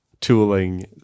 tooling